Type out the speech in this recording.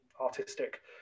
artistic